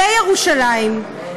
בירושלים,